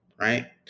right